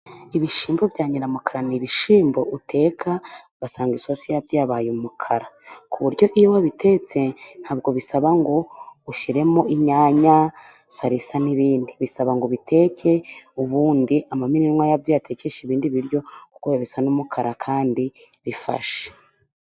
Ibishyimbo bya nyiramukara ni ibishyimbo uteka ugasanga isosi yabyo yabaye umukara. Ku buryo iyo wabitetse bidasaba ngo ushyiremo inyanya, salisa n'ibindi. Bisaba ngo ubiteke ubundi amamininwa yabyo uyatekeshe ibindi biryo uko bisa n'umukara kandi bifashe.